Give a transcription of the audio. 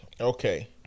Okay